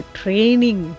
training